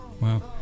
Wow